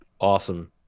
awesome